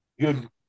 good